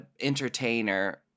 entertainer